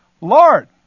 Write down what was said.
Lord